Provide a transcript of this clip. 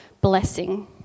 blessing